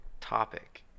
topic